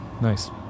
Nice